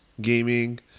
gaming